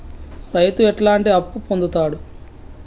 రైతు ఎట్లాంటి అప్పు పొందుతడు?